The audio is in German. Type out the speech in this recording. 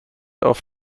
auf